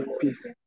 peace